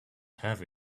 have